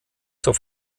zur